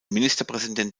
ministerpräsident